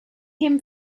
him